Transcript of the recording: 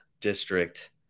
district